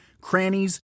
crannies